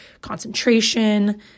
concentration